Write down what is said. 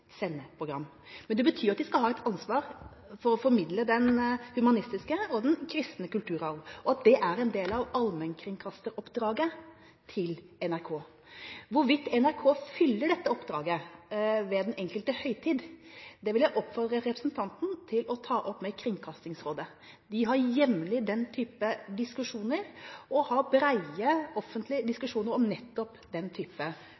men det betyr jo at de skal ha et ansvar for å formidle den humanistiske og den kristne kulturarv, og at det er en del av allmennkringkasteroppdraget til NRK. Hvorvidt NRK fyller dette oppdraget ved den enkelte høytid, vil jeg oppfordre representanten til å ta opp med Kringkastingsrådet. De har jevnlig den type diskusjoner, og de har brede offentlige diskusjoner om nettopp den type